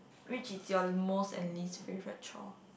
which is your most and least favorite chore